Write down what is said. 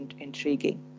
intriguing